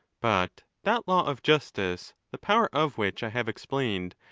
but that law of justice, the power of which i have explained,